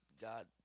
God